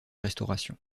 restauration